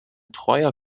treuer